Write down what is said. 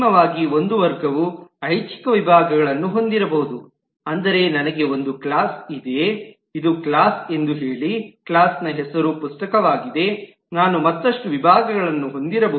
ಅಂತಿಮವಾಗಿ ಒಂದು ವರ್ಗವು ಐಚ್ಛಿಕ ವಿಭಾಗಗಳನ್ನು ಹೊಂದಿರಬಹುದು ಅಂದರೆ ನನಗೆ ಒಂದು ಕ್ಲಾಸ್ ಇದೆ ಇದು ಕ್ಲಾಸ್ ಎಂದು ಹೇಳಿ ಕ್ಲಾಸ್ನ ಹೆಸರು ಪುಸ್ತಕವಾಗಿದೆ ನಾನು ಮತ್ತಷ್ಟು ವಿಭಾಗಗಳನ್ನು ಹೊಂದಿರಬಹುದು